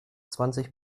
zwanzig